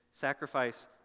sacrifice